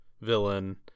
villain